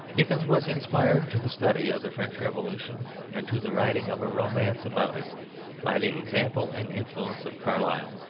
dickens was inspired to the study of the french revolution and to the writing of a romance about it by the example and influence of carlyle.